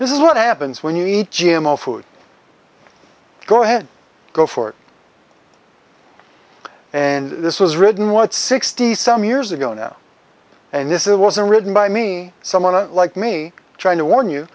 this is what happens when you eat g m o food go ahead go for it and this was written what sixty some years ago now and this it wasn't written by me someone like me trying to warn you